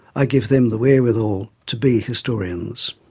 i give them the wherewithal to be historians.